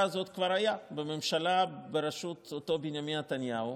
הזאת כבר היה בממשלה בראשות אותו בנימין נתניהו,